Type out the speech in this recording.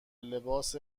لباس